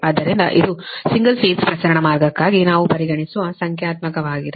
ಆದ್ದರಿಂದ ಇದು single phase ಪ್ರಸರಣ ಮಾರ್ಗಕ್ಕಾಗಿ ನಾವು ಪರಿಗಣಿಸುವ ಸಂಖ್ಯಾತ್ಮಕವಾಗಿದೆ